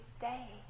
day